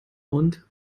und